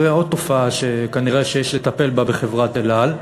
זאת עוד תופעה שכנראה יש לטפל בה בחברת "אל על".